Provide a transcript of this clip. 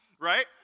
right